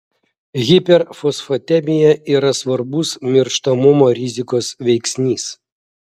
hiperfosfatemija yra svarbus mirštamumo rizikos veiksnys